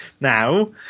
Now